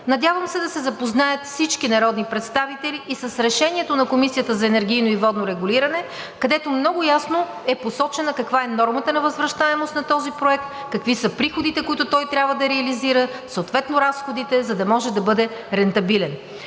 Надявам се всички народни представители да се запознаят и с Решението на Комисията за енергийно и водно регулиране, където много ясно е посочено каква е нормата на възвръщаемост на този проект, какви са приходите, които той трябва да реализира, съответно разходите, за да може да бъде рентабилен.